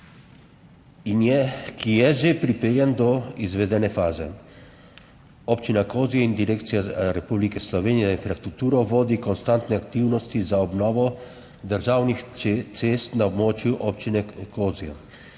ki je že pripeljan do izvedene faze, Občina Kozje in Direkcija Republike Slovenije za infrastrukturo vodi konstantne aktivnosti za obnovo državnih cest na območju občine Kozje,